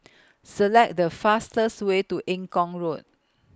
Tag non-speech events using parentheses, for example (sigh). (noise) Select The fastest Way to Eng Kong Road